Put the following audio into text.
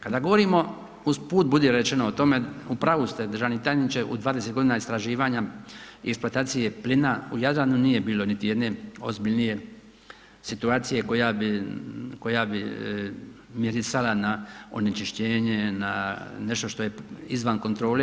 Kada govorimo uz put budi rečeno o tome u pravu ste državni tajniče u 20 godina istraživanja eksploatacije plina u Jadranu nije bilo niti jedne ozbiljnije situacije koja bi mirisala na onečišćenje, na nešto što je izvan kontrole.